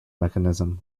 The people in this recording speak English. mechanism